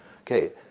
Okay